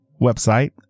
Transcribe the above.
website